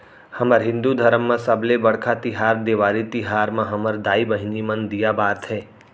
हमर हिंदू धरम म सबले बड़का तिहार देवारी तिहार म हमर दाई बहिनी मन दीया बारथे